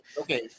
Okay